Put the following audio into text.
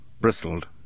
bristled